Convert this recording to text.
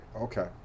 Okay